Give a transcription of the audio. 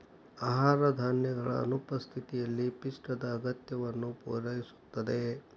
ಆಹಾರ ಧಾನ್ಯಗಳ ಅನುಪಸ್ಥಿತಿಯಲ್ಲಿ ಪಿಷ್ಟದ ಅಗತ್ಯವನ್ನು ಪೂರೈಸುತ್ತದೆ